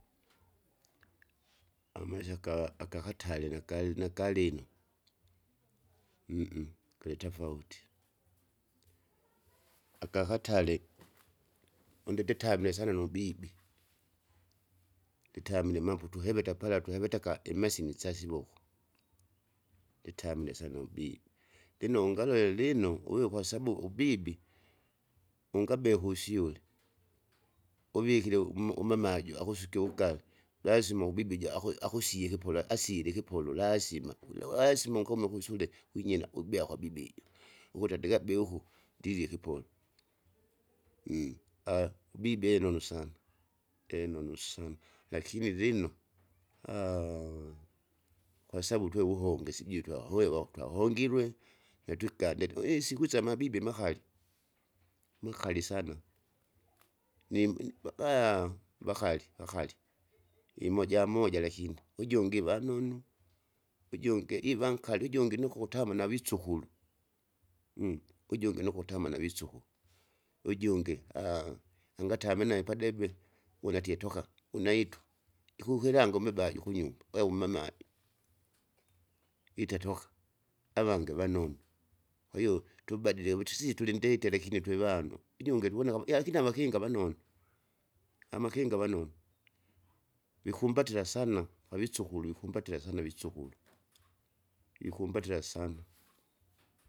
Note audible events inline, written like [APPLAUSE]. [NOISE] amaisha ka- akahatari nakali- nakalino [HESITATION] galitafauti [NOISE] aga katare [NOISE] une nditamile sana nubibi, nditamile mambo tuheveta pala tuhevetaka imeseine isyasivoko [NOISE] itamile sna ubibi, lino ungalole lilo? uwe kwasabu ubibi ungabie kusyule, uvikire uma- umamaju akusuke [NOISE] uwugare. Lazima ubibi ja aku- akusyikipula asile ikipolo lasima ule ulasima unkome kusude winyina ubea kwabibiji, ukute andikabe uku ndirye ikipolo, [HESITATION] [HESITATION] bibi inonu sane enunu sanna. Lakini lino [HESITATION] [NOISE] kwasabu twewuhombese sijui twahowewa twahongirwe, nyatwikandile isiku isyamabibi makali, makali sana, ni- mnibabaya vakail vakaili [NOISE] imoja moja lakini. Ujungi vanonu, ujungi iva nkali ujungi nukukutama navisukulu, [HESITATION] ujungi nukutama navisukulu, ujungi [HESITATION] angatamine padebe wona atie toka unaitwa. Ikukilanga umebagi kunyumba, we umamabi, [NOISE] ita toka avange vanonu, kwahiyo twibadile wuti si tulindeti elakini twevanu, ujungi tuvoneka eehe akini avakinga vanonu. Amakinga vanonu [NOISE] vikumbatila sana avisukulu wikumbatila sana avisukulu [NOISE] wikumbatira sana. [NOISE]